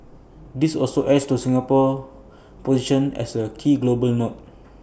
this also adds to Singapore's position as A key global node